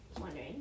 wondering